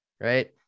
Right